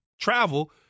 travel